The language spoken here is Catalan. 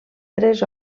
tres